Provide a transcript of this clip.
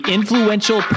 Influential